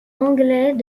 anglais